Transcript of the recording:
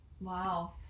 Wow